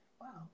wow